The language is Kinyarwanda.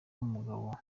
w’umugabo